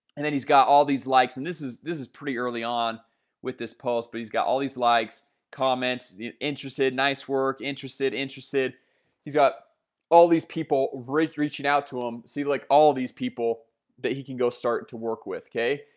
and then he's got all these likes and this is this is pretty early on with this post, but he's got all these likes comments the interested nice work interested interested he's got all these people raised reaching out to him see like all these people that he can go start to work with k.